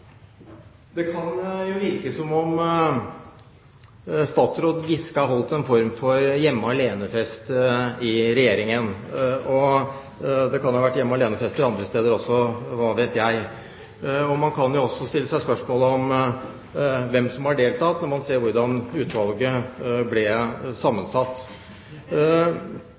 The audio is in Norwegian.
Det kan virke som om statsråd Giske har holdt en form for hjemme alene-fest i Regjeringen. Det kan jo ha vært hjemme alene-fester andre steder også, hva vet jeg. Man kan jo også stille seg spørsmålet om hvem som har deltatt, når man ser hvordan utvalget ble sammensatt.